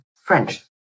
French